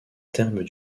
terme